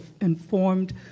informed